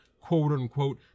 quote-unquote